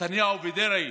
נתניהו ודרעי,